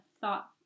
thought